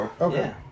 Okay